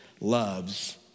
loves